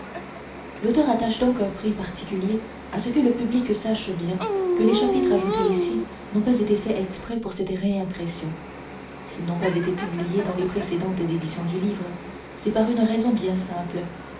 l'auteur attache donc un prix particulier à ce que le public sache bien que les chapitres ajoutés ici n'ont pas été faits exprès pour cette réimpression s'ils n'ont pas été publiés dans les précédentes éditions du livre c'est par une raison bien simple